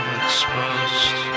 exposed